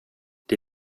det